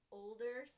older